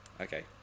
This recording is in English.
Okay